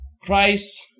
Christ